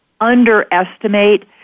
underestimate